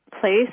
place